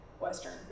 western